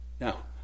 Now